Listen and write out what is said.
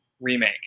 remake